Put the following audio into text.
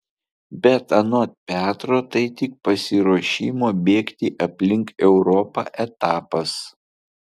bet anot petro tai tik pasiruošimo bėgti aplink europą etapas